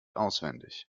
auswendig